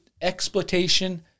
exploitation